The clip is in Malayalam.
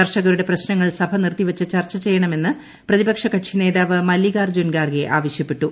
കർഷകർട്ടെ പ്രശ്നങ്ങൾ സഭ നിർത്തിവച്ച് ചർച്ച ചെയ്യണമെന്ന് പ്രതിപക്ഷ കക്ഷി നേതാവ് മല്ലികാർജ്ജുൻ ഖാർഗെ ആവശ്യപ്പെട്ടു